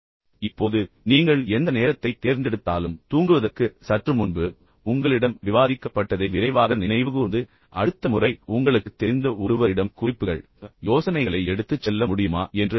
இப்போது நீங்கள் எந்த நேரத்தைத் தேர்ந்தெடுத்தாலும் தூங்குவதற்கு சற்று முன்பு உங்களிடம் விவாதிக்கப்பட்டதை விரைவாக நினைவுகூர்ந்து அடுத்த முறை உங்களுக்குத் தெரிந்த ஒருவரிடம் குறிப்புகள் யோசனைகளை எடுத்துச் செல்ல முடியுமா என்று பாருங்கள்